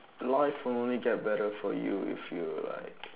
life only get better for you if you like